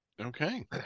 Okay